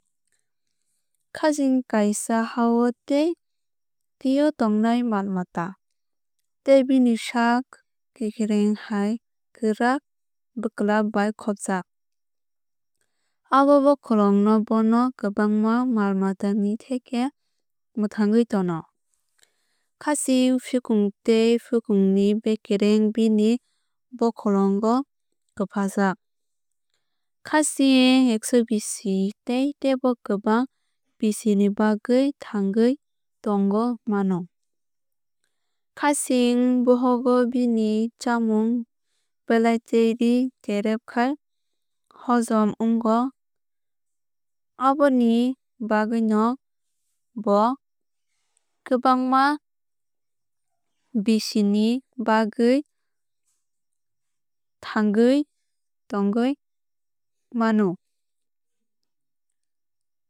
Kasing kaisa ha o tei tui o tongnai mal mata tei bini sak kekereng hai kwrak bwklap bai khobjag. Abo bokholong no bono kwbangma mal mata ni theke mwthangui tono. Kasing fikung tei fikung ni bekereng bini bokholong o kwfajak. Kasing ekso bisi tei tebo kwbang bisi ni bagwui thangwui tongoi mano. Kasing bohogo bini chamung belai terep terep khai hojom ongo aboni bagwui no bo kwbangma bisi ni bagwui thangwui tongwui mano.